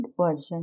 version